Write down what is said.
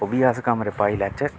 ओह् बी अस कमरे पाई लैचे